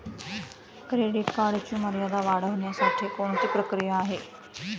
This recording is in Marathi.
क्रेडिट कार्डची मर्यादा वाढवण्यासाठी कोणती प्रक्रिया आहे?